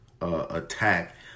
attack